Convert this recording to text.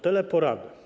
Teleporady.